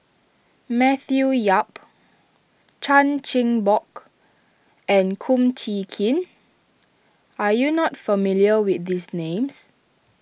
Matthew Yap Chan Chin Bock and Kum Chee Kin are you not familiar with these names